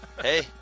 hey